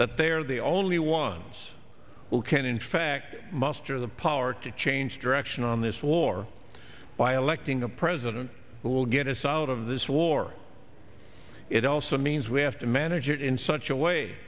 that they are the only ones who can in fact muster the power to change direction on this war by electing a president that will get us out of this war it also means we have to manage it in such a way